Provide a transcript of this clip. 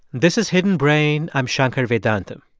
this is hidden brain. i'm shankar vedantam.